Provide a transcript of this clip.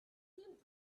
kim